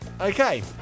Okay